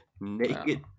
naked